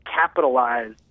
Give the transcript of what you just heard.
capitalize